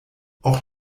auch